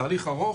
תהליך ארוך.